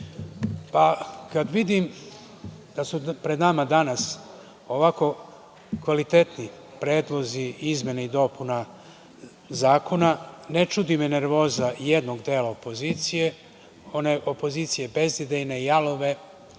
pa kada vidim da su pred nama danas ovako kvalitetni predlozi izmena i dopuna zakona, ne čudi me nervoza jednog dela opozicije, one opozicije bezidejne, jalove,